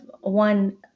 one